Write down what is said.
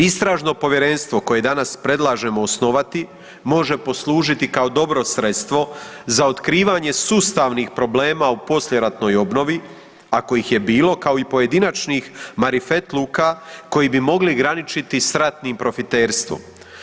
Istražno povjerenstvo koje danas predlažemo osnovati može poslužiti kao dobro sredstvo za otkrivanje sustavnih problema u poslijeratnoj obnovi, a kojih je bilo, kao i pojedinačnih marifetluka koji bi mogli graničiti s ratnim profiterstvom.